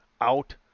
out